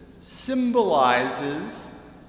symbolizes